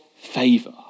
favor